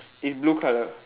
is blue colour